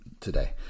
Today